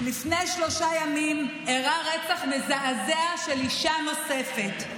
לפני שלושה ימים אירע רצח מזעזע של אישה נוספת: